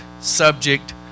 subject